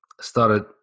started